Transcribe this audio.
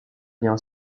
lien